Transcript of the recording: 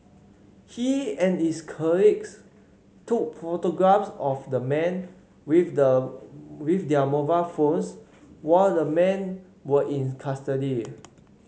he and his colleagues took photographs of the men with the with their mobile phones while the men were in custody